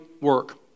work